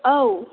औ